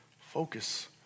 focus